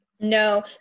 no